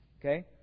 Okay